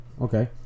Okay